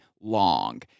long